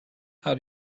how